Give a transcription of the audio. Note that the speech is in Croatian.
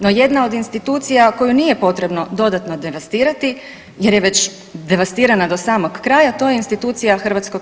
No jedna od institucija koju nije potrebno dodatno devastirati jer je već devastirana do samog kraja, to je institucija HS.